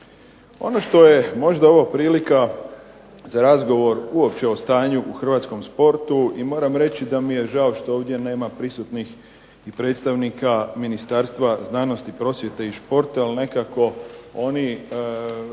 Ono što je možda ovo prilika za razgovor uopće o stanju u Hrvatskom sportu i moram reći da mi je žao što ovdje nema prisutnih predstavnika Ministarstva znanosti, prosvjete i športa jer nekako oni